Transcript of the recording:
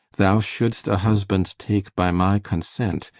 thou shouldst a husband take by my consent,